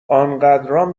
انقدرام